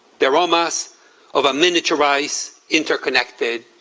the aromas of a miniaturized, interconnected,